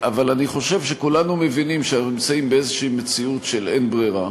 אבל אני חושב שכולנו מבינים שאנחנו נמצאים באיזו מציאות של אין ברירה.